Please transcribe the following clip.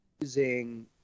using